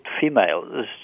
female